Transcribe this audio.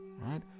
right